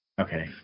okay